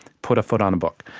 put a foot on a book.